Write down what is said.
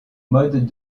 modes